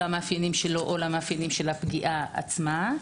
המאפיינים שלו או על אלה של הפגיעה עצמה.